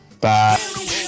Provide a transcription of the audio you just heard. Bye